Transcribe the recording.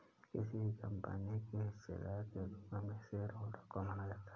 किसी भी कम्पनी के हिस्सेदार के रूप में शेयरहोल्डर को माना जाता है